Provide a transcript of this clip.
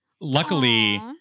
luckily